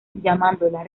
llamándola